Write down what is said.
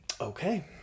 Okay